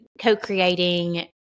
co-creating